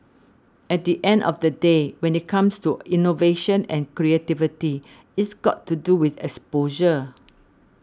at the end of the day when it comes to innovation and creativity it's got to do with exposure